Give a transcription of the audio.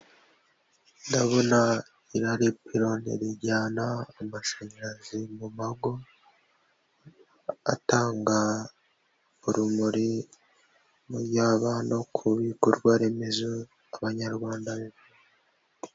Ndabona iri ari ipironi rijyana amashanyarazi mu mago, atanga urumuri yaba no ku bikorwa remezo, ku banyarwanda...